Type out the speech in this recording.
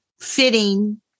fitting